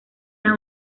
las